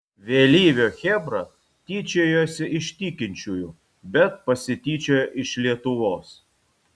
vėlyvio chebra tyčiojosi iš tikinčiųjų bet pasityčiojo iš lietuvos